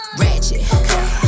ratchet